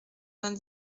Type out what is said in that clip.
vingt